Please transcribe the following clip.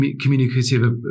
communicative